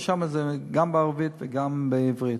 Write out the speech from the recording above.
ושם זה גם בערבית וגם בעברית,